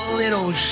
little